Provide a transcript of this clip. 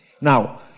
Now